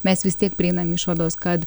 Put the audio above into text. mes vis tiek prieinam išvados kad